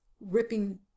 ripping